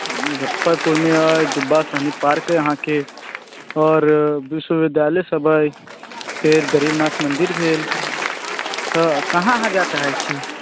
मुजफ्फरपुरमे अइ जुब्बा सहनी पार्क अइ अहाँकेँ आओर विश्विद्यालय सब अइ फेर गरीबनाथ मन्दिर भेल तऽ कहाँ अहाँ जाइत चाहैत छी